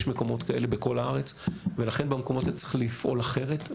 יש מקומות כאלה בכל הארץ ולכן במקומות האלה צריך לפעול אחרת,